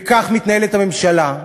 וכך מתנהלת הממשלה,